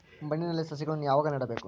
ಮಣ್ಣಿನಲ್ಲಿ ಸಸಿಗಳನ್ನು ಯಾವಾಗ ನೆಡಬೇಕು?